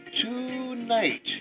Tonight